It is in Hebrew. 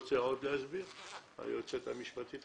הכוונה של הסעיף,